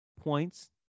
points